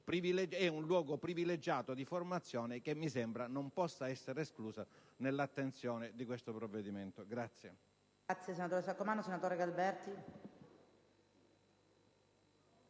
è un luogo privilegiato di formazione che mi sembra non possa essere escluso dall'alveo di attenzione di questo provvedimento.